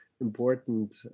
important